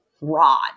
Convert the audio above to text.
rod